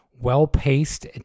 well-paced